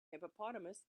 hippopotamus